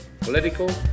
political